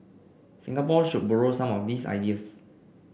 Singapore should borrow some of these ideas